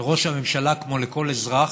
לראש הממשלה, כמו לכל אזרח,